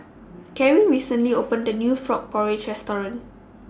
Carry recently opened The New Frog Porridge Restaurant